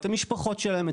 את המשפחות שלהם,